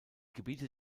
gebiete